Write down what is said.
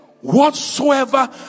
whatsoever